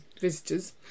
visitors